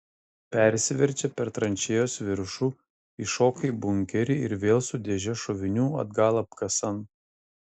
persiverčia per tranšėjos viršų įšoka į bunkerį ir vėl su dėže šovinių atgal apkasan